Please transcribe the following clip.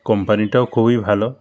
কোম্পানিটাও খুবই ভালো